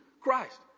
Christ